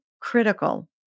critical